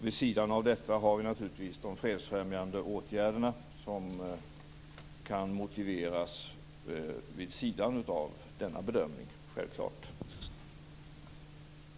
Vid sidan av detta finns naturligtvis de fredsfrämjande åtgärderna, som kan motiveras vid sidan av denna bedömning.